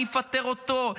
אני אפטר אותו,